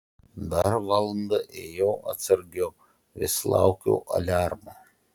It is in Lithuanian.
dar valandą ėjau atsargiau vis laukiau aliarmo